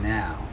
now